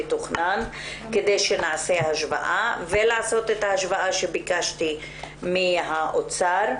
כדי שנעשה שהשוואה ולעשות את ההשוואה שביקשתי עם האוצר.